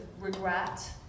regret